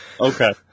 Okay